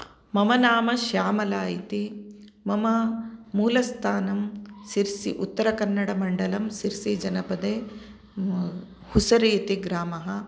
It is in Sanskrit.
मम नाम श्यामला इति मम मूलस्थानं सिर्सि उत्तरकन्नडमण्डलं सिर्सि जनपदे हुसरि इति ग्रामः